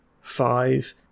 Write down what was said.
five